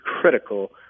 critical